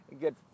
Good